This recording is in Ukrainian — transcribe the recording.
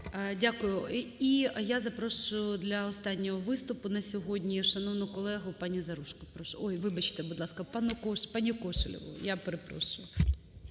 Дякую. І я запрошую для останнього виступу на сьогодні шановну колегу паніЗаружко. Прошу. Ой, вибачте, будь ласка, пані Кошелєвій. Я перепрошую.